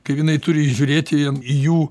kaip jinai turi žiūrėti į jų